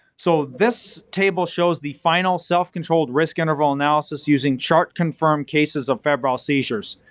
so, this table shows the final self-controlled risk interval analysis using chart-confirmed cases of febrile seizures.